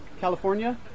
California